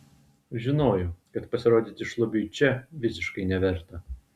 žinojo kad pasirodyti šlubiui čia visiškai neverta